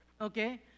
Okay